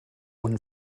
when